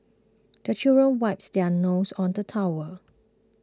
the children wipes their noses on the towel